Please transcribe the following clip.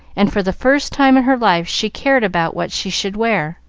and for the first time in her life she cared about what she should wear.